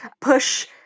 push